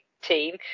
team